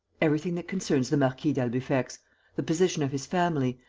everything that concerns the marquis d'albufex the position of his family,